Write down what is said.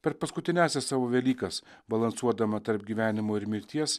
per paskutiniąsias savo velykas balansuodama tarp gyvenimo ir mirties